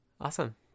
Awesome